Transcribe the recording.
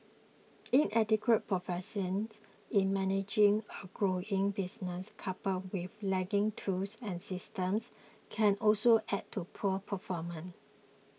inadequate proficiency in managing a growing business coupled with lagging tools and systems can also add to poor performance